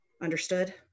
Understood